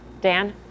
Dan